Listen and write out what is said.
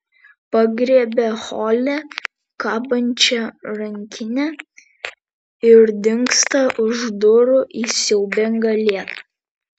pagriebia hole kabančią rankinę ir dingsta už durų į siaubingą lietų